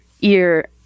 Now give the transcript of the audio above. ear